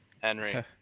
Henry